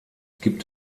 gibt